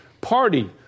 party